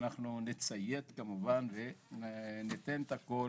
ואנחנו נציית כמובן וניתן את הכול